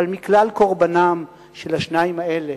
אבל מכלל קורבנם של השניים האלה